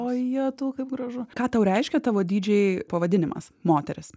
o jetau kaip gražu ką tau reiškia tavo didžėj pavadinimas moteris